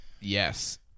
Yes